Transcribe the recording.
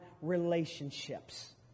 relationships